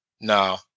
no